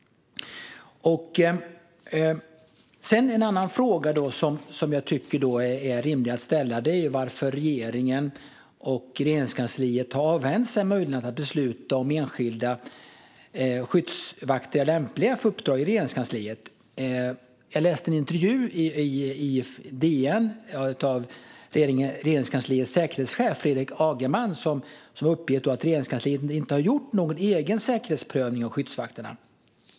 En annan fråga som jag tycker är rimlig att ställa är varför regeringen och Regeringskansliet har avhänt sig möjligheten att besluta om enskilda skyddsvakter är lämpliga för uppdrag i Regeringskansliet. Jag läste en intervju i DN med Regeringskansliets säkerhetschef Fredrik Agemark, som uppger att Regeringskansliet inte gjort någon egen säkerhetsprövning av skyddsvakterna.